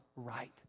right